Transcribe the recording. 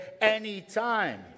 anytime